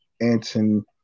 Anton